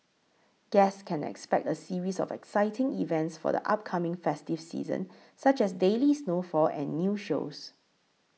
guests can expect a series of exciting events for the upcoming festive season such as daily snowfall and new shows